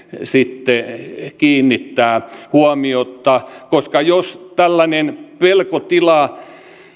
sitten kiinnittää huomiota koska jos tällainen pelkotila